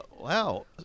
Wow